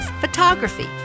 photography